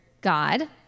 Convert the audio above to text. God